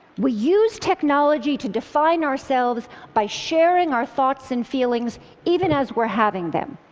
we use technology to define ourselves by sharing our thoughts and feelings even as we're having them.